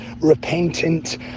repentant